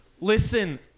listen